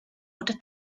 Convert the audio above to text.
oder